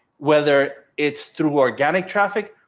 whether it's through organic traffic,